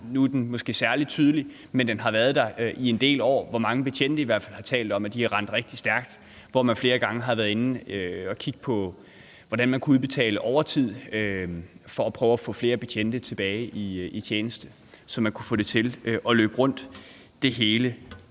nu er den måske særlig tydelig – har været der i en del år, hvor mange betjente i hvert fald har talt om, at de har rendt rigtig stærkt, og hvor man flere gange har været inde at kigge på, hvordan man kunne udbetale overtid for at prøve at få flere betjente tilbage i tjeneste, så man kunne få det hele til at løbe rundt. Jeg